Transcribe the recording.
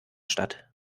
statt